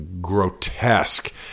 grotesque